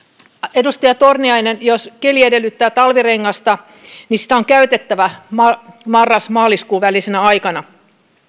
edustaja torniainen jos keli edellyttää talvirengasta niin sitä on käytettävä marras maaliskuun välisenä aikana